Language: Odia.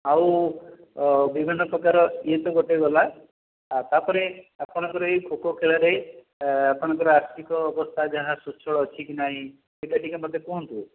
ଆଉ ବିଭିନ୍ନପ୍ରକାର ଇଏ ତ ଗୋଟେ ଗଲା ତା'ପରେ ଆପଣଙ୍କର ଏଇ ଖୋଖୋ ଖେଳରେ ଆପଣଙ୍କର ଆର୍ଥିକ ଅବସ୍ଥା ଯାହା ସ୍ବଚ୍ଛଳ ଅଛି କି ନାହିଁ ସେଇଟା ଟିକିଏ ମୋତେ କୁହନ୍ତୁ